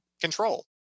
control